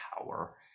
power